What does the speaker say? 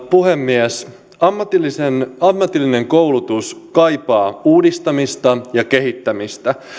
puhemies ammatillinen koulutus kaipaa uudistamista ja kehittämistä